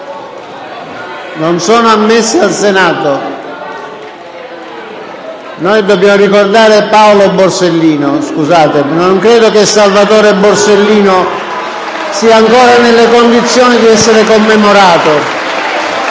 non sono ammesse al Senato. Noi dobbiamo ricordare Paolo Borsellino: non credo che Salvatore Borsellino sia ancora nelle condizioni di essere commemorato.